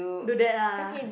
do that ah